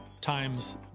times